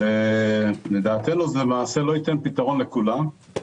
לדעתנו זה לא ייתן פתרון לכולם.